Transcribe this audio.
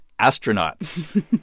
astronauts